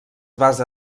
basa